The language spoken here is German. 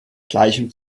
gleichem